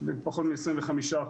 פחות מ-25%.